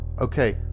okay